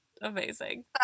Amazing